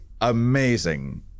amazing